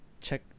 check